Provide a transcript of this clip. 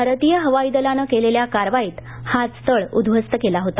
भारतीय हवाई दलानं केलेल्या कारवाईत हाच तळ उध्वस्त केला होता